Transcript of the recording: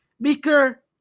Beaker